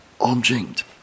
object